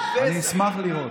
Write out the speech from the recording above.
אני אשמח לראות.